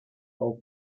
auch